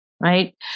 Right